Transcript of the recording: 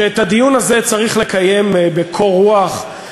שאת הדיון הזה צריך לקיים בקור רוח,